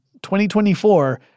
2024